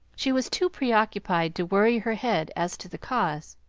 she was too preoccupied to worry her head as to the cause.